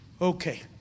okay